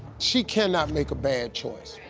she cannot make a bad choice.